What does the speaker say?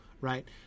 right